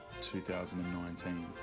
2019